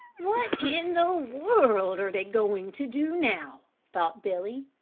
what in the world are they going to do now, thought billy.